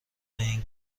این